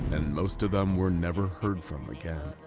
and most of them were never heard from again.